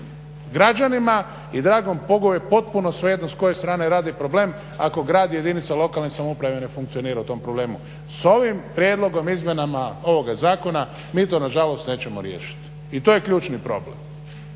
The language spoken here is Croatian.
Građanima i dragom Bogu je potpuno svejedno strane radi problem, ako grad i jedinica lokalne samouprave ne funkcionira u tom problemu. S ovim prijedlogom, izmjenama ovoga zakona mi to na žalost nećemo riješiti, i to je ključni problem.